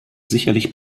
sicherlich